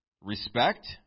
respect